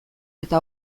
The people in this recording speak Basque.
eta